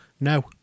no